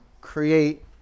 create